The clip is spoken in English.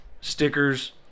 Stickers